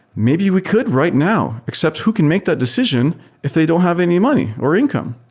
maybe we could right now, except who can make that decision if they don't have any money or income?